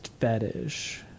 fetish